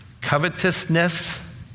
covetousness